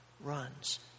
runs